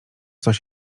coś